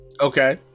okay